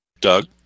doug